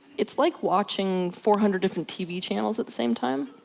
it's like watching four hundred different tv channels at the same time.